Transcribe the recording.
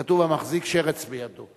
כתוב: "המחזיק שרץ בידו",